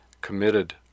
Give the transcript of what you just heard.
committed